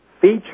feature